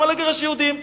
למה לגרש יהודים?